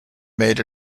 made